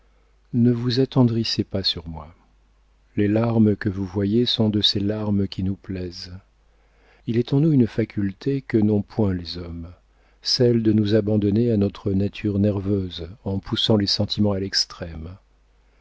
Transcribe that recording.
ne vous attendrissez pas sur moi les larmes que vous voyez sont de ces larmes qui nous plaisent il est en nous une faculté que n'ont point les hommes celle de nous abandonner à notre nature nerveuse en poussant les sentiments à